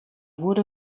wurde